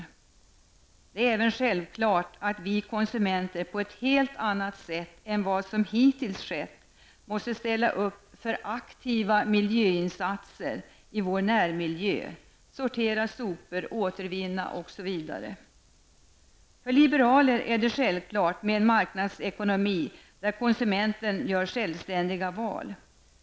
Det är väl självklart att vi konsumenter på ett helt annat sätt än vad som hittills skett måste ställa upp för aktiva miljöinsatser i vår närmiljö, sortera sopor, återvinna osv. För liberaler är det självklart med en marknadsekonomi där konsumenten gör självständiga val mellan olika varor och tjänster.